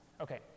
Okay